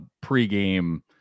pre-game